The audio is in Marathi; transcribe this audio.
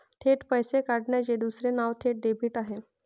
थेट पैसे काढण्याचे दुसरे नाव थेट डेबिट आहे